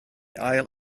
ail